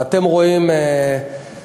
ואתם רואים מקרר,